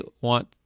want